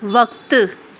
वक़्तु